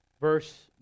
verse